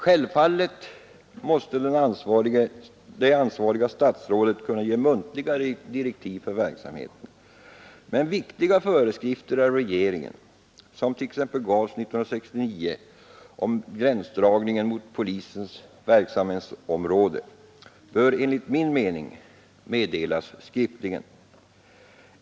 Självfallet måste det ansvariga statsrådet kunna ge muntliga direktiv för verksamheten, men viktiga föreskrifter av regeringen, sådana som t.ex. gavs 1969 om gränsdragningen mot polisens verksamhetsområde, bör enligt min mening meddelas skriftligen.